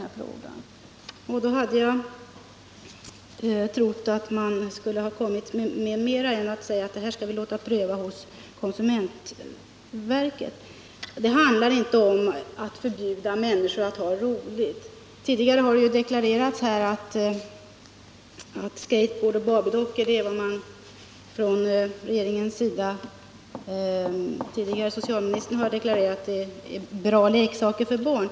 Därför hade jag trott att regeringen skulle göra något mer än att bara säga att det här skall vi låta pröva hos konsumentverket. Det handlar inte om att förbjuda människor att ha roligt. Tidigare har det deklarerats — av den förutvarande socialministern — att skateboard och barbiedockor är bra leksaker för barn.